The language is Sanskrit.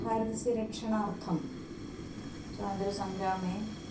भारतस्य रक्षणार्थं स्वातन्त्र्यसङ्ग्रामे